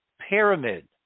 Pyramid